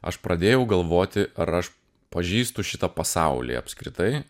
aš pradėjau galvoti ar aš pažįstu šitą pasaulį apskritai